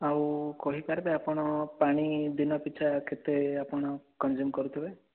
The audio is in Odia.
ଆଉ କହିପାରିବେ ଆପଣ ପାଣି ଦିନ ପିଛା କେତେ ଆପଣ କନ୍ଜିୟୁମ୍ କରୁଥିବେ